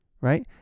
right